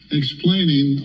explaining